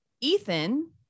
Ethan